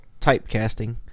typecasting